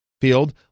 field